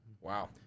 wow